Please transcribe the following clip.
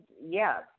yes